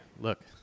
look